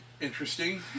interesting